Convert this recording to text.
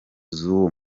z’uwo